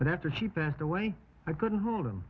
but after she passed away i couldn't hold him